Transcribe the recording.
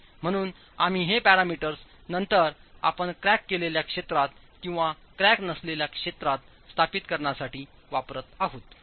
म्हणून आम्ही हे पॅरामीटर्स नंतर आपण क्रॅक केलेल्या क्षेत्रात किंवा क्रॅक नसलेल्या क्षेत्रात स्थापित करण्यासाठी वापरत आहोत